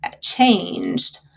changed